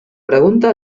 pregunta